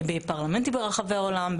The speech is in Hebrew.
בפרלמנטים ברחבי העולם,